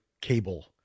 cable